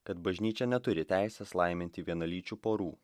kad bažnyčia neturi teisės laiminti vienalyčių porų